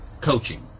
coaching